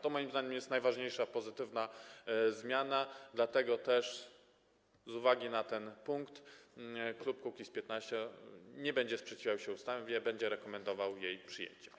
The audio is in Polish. To moim zdaniem jest najważniejsza pozytywna zmiana, dlatego też z uwagi na ten punkt klub Kukiz’15 nie będzie sprzeciwiał się ustawie, będzie rekomendował jej przyjęcie.